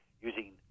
using